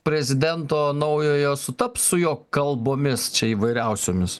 prezidento naujojo sutaps su jo kalbomis čia įvairiausiomis